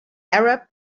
arab